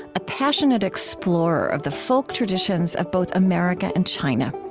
a passionate explorer of the folk traditions of both america and china.